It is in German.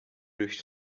durch